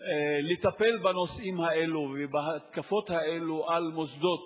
כדי לטפל בנושאים האלה ובהתקפות האלה על מוסדות